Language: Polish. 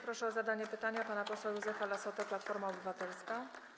Proszę o zadanie pytania pana posła Józefa Lassotę, Platforma Obywatelska.